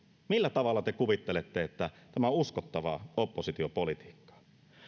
millä tavalla te kuvittelette että tämä on uskottavaa oppositiopolitiikkaa